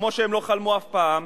כמו שהם לא חלמו אף פעם,